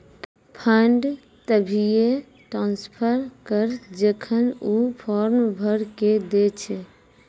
fund तभिये transfer करऽ जेखन ऊ फॉर्म भरऽ के दै छै